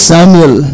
Samuel